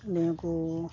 ᱱᱤᱭᱟᱹ ᱠᱚ